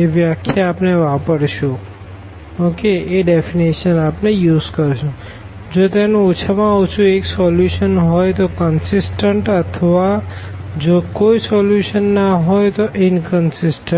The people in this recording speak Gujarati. એ વ્યાખ્યા આપણે વાપરશુંજો તેનું ઓછા માં ઓછું એક સોલ્યુશન હોઈ તો કંસીસટન્ટ અથવા જો કોઈ સોલ્યુશન ના હોઈ તો ઇનકંસીસટન્ટ